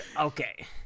Okay